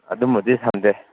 ꯑꯗꯨꯝꯕꯗꯤ ꯊꯝꯗꯦ